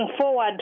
forward